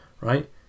right